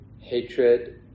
hatred